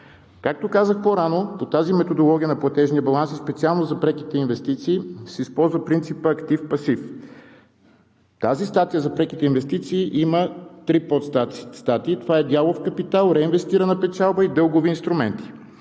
Както казах по-рано, по методологията на платежния баланс и специално за преките инвестиции се използва принципът актив – пасив. Тази статия е за преките инвестиции и има три подстатии – дялов капитал, реинвестирана печалба и дългови инструменти.